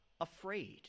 afraid